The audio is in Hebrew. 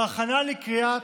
בהכנה לקריאה